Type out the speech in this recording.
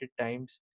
times